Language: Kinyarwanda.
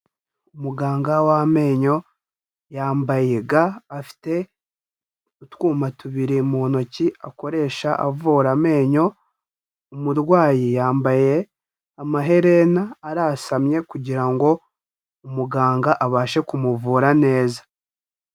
Umuganga w'amenyo yambaye ga afite utwuma tubiri mu ntoki akoresha avura amenyo, umurwayi yambaye amaherena arasamye kugira ngo umuganga abashe kumuvura neza.